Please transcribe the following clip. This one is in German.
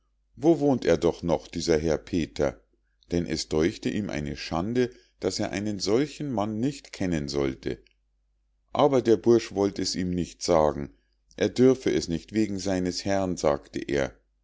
wo wohnt er doch noch dieser herr peter denn es däuchte ihm eine schande daß er einen solchen mann nicht kennen sollte aber der bursch wollt es ihm nicht sagen er dürfe es nicht wegen seines herrn sagte er